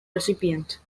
recipient